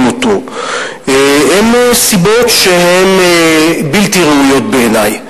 אותו הן סיבות שהן בלתי ראויות בעיני.